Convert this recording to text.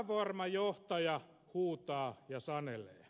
epävarma johtaja huutaa ja sanelee